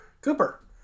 Cooper